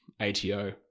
ATO